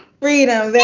freedom!